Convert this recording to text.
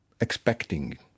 expecting